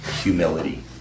humility